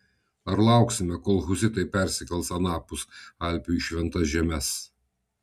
ar lauksime kol husitai persikels anapus alpių į šventas žemes